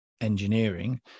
engineering